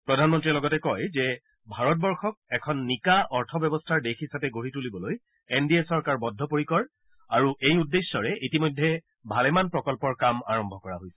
প্ৰধানমন্ত্ৰীয়ে লগতে কয় যে ভাৰতবৰ্ষক এখন নিকা অৰ্থ ব্যৱস্থাৰ দেশ হিচাপে গঢ়ি তুলিবলৈ এন ডি এ চৰকাৰ বদ্ধপৰিকৰ আৰু এই উদ্দেশ্যৰে ইতিমধ্যে ভালেমান প্ৰকল্পৰ কাম আৰম্ভ কৰা হৈছে